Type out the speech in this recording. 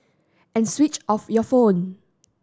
and switch off your phone